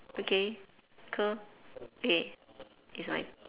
okay cool okay it's my